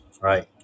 right